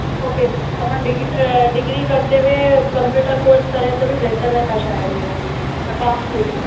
okay اپن degree کرتے ہوئے کمپیوٹر کورس کریں تبھی بہتر رہتا شاید میرے خیال میں اکاؤنٹس لے کے